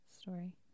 story